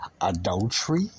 adultery